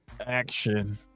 action